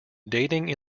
dating